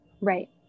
Right